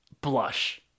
blush